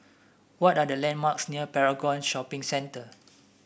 what are the landmarks near Paragon Shopping Center